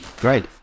great